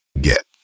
get